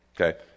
Okay